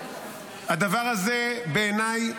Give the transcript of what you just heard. הדבר הזה בעיניי,